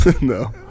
No